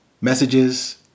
messages